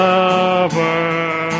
Lover